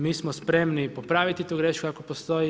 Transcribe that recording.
Mi smo spremni popraviti tu grešku ako postoji.